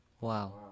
Wow